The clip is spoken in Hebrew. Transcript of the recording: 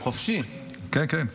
כן, כן.